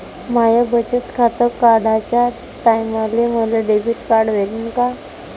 माय बचत खातं काढाच्या टायमाले मले डेबिट कार्ड भेटन का?